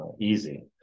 easy